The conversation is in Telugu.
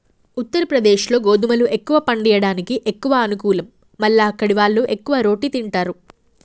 ఉత్తరప్రదేశ్లో గోధుమలు ఎక్కువ పండియడానికి ఎక్కువ అనుకూలం మల్ల అక్కడివాళ్లు ఎక్కువ రోటి తింటారు